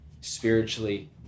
spiritually